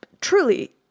truly